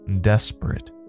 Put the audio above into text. desperate